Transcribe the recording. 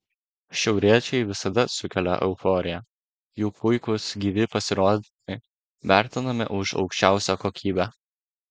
šiauriečiai visada sukelia euforiją jų puikūs gyvi pasirodymai vertinami už aukščiausią kokybę